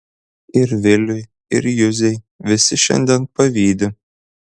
ir viliui ir juzei visi šiandien pavydi